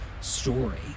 story